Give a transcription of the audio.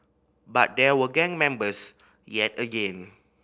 but there were gang members yet again